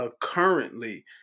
currently